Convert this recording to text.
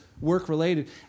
work-related